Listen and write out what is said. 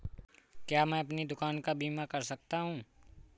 क्या मैं अपनी दुकान का बीमा कर सकता हूँ?